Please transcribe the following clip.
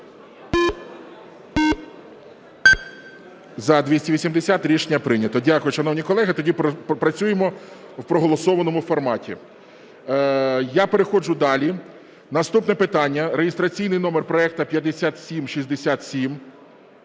За-280 Рішення прийнято. Дякую, шановні колеги. Тоді попрацюємо у проголосованому форматі. Я переходжу далі. Наступне питання (реєстраційний номер проекту 5767)